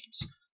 games